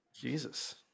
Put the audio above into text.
Jesus